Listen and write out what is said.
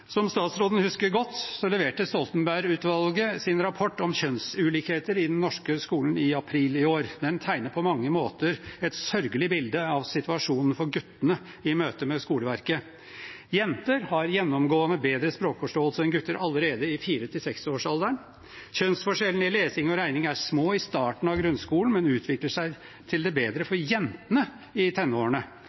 Som statsråden husker godt, leverte Stoltenberg-utvalget sin rapport om kjønnsulikheter i den norske skolen i april i år. Den tegner på mange måter et sørgelig bilde av situasjonen for guttene i møte med skoleverket. Jenter har gjennomgående bedre språkforståelse enn gutter allerede i fire–seksårsalderen. Kjønnsforskjellene i lesing og regning er små i starten av grunnskolen, men utvikler seg til det bedre for jentene i tenårene.